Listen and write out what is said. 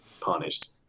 punished